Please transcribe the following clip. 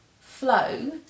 flow